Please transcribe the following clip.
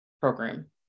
program